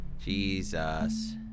Jesus